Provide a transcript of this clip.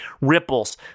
ripples